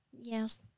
Yes